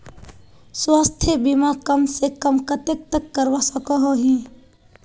स्वास्थ्य बीमा कम से कम कतेक तक करवा सकोहो ही?